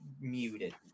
muted